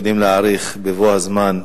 בבוא הזמן,